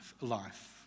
life